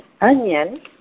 onion